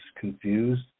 confused